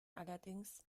allerdings